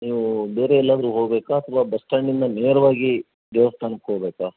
ನೀವು ಬೇರೆ ಎಲ್ಲಾದರೂ ಹೋಗಬೇಕಾ ಅಥ್ವಾ ಬಸ್ ಸ್ಟ್ಯಾಂಡ್ಯಿಂದ ನೇರವಾಗಿ ದೇವಸ್ಥಾನಕ್ಕೆ ಹೋಗ್ಬೇಕಾ